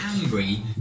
angry